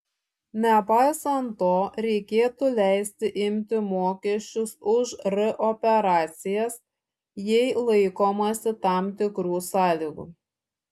nepaisant to reikėtų leisti imti mokesčius už r operacijas jei laikomasi tam tikrų sąlygų